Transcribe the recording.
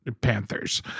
panthers